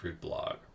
blog